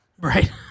Right